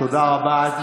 תודה רבה.